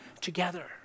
together